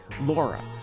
Laura